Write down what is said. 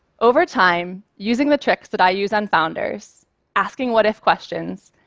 over time, using the tricks that i use on founders asking what if questions,